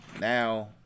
now